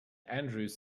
andrews